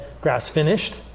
grass-finished